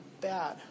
bad